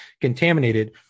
contaminated